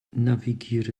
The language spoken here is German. navigiere